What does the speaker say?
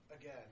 again